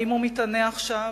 האם הוא מתענה עכשיו?